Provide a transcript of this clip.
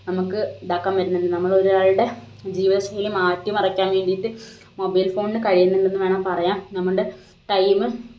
നമുക്ക് ഇതാക്കാൻ പറ്റുന്നുണ്ട് നമ്മൾ ഒരാളുടെ ജീവിതശൈലി മാറ്റിമറിക്കാൻ വേണ്ടിയിട്ട് മൊബൈൽ ഫോണിന് കഴിയുന്നുണ്ടെന്നു വേണം പറയാൻ നമ്മുടെ ടൈമ്